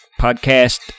Podcast